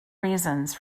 reasons